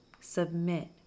submit